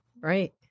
Right